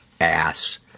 ass